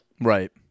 Right